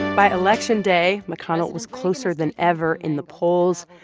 by election day, mcconnell was closer than ever in the polls,